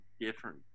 different